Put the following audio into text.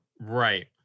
right